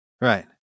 Right